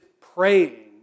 praying